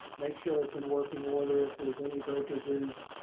make sure it's in working order, if there's any breakages,